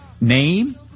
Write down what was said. name